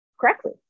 correctly